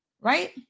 right